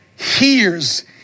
hears